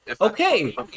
Okay